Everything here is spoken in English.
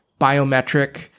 biometric